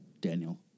Daniel